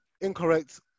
incorrect